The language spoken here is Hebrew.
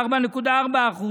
ב-4.4%,